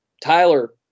Tyler